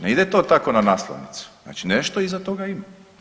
Nejde to tako na naslovnicu, znači nešto iza toga ima.